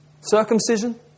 Circumcision